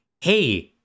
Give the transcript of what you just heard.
Hey